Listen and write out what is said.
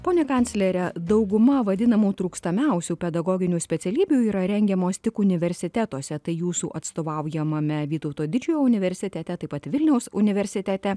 ponia kanclere dauguma vadinamų trūkstamiausių pedagoginių specialybių yra rengiamos tik universitetuose tai jūsų atstovaujamame vytauto didžiojo universitete taip pat vilniaus universitete